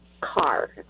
car